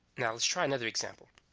now let's try another example.